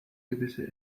gewisse